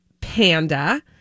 Panda